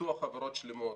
פיתוח "חברות שלמות"